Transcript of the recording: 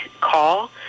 call